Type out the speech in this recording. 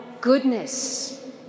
goodness